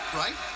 right